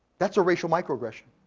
that's a racial migroaggression,